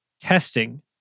testing